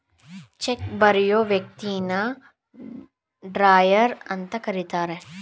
check ಬರಿಯೋ ವ್ಯಕ್ತಿನ drawer ಅಂತ ಕರಿತರೆ